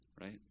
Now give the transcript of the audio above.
Right